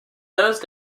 those